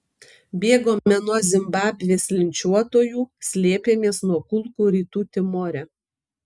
bėgome nuo zimbabvės linčiuotojų slėpėmės nuo kulkų rytų timore